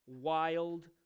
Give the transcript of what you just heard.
wild